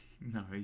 No